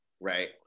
right